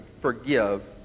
forgive